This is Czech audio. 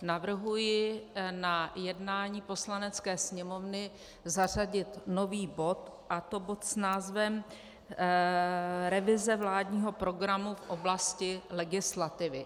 Navrhuji na jednání Poslanecké sněmovny zařadit nový bod, a to bod s názvem revize vládního programu v oblasti legislativy.